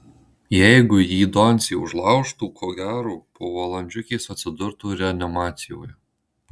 jeigu jį doncė užlaužtų ko gero po valandžiukės atsidurtų reanimacijoje